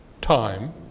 time